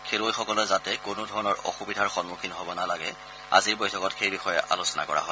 খেলুৱৈসকলে যাতে কোনো ধৰণৰ অসুবিধাৰ সন্মুখীন হ'ব নালাগে আজিৰ বৈঠকত সেই বিষয়ে আলোচনা কৰা হয়